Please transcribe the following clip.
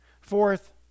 Fourth